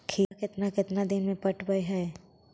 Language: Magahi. खिरा केतना केतना दिन में पटैबए है?